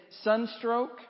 sunstroke